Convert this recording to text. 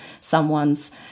someone's